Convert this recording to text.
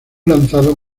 lanzado